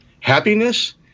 Happiness